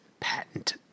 Patent